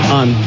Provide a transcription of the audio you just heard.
on